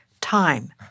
time